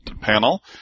panel